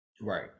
right